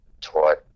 taught